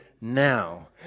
now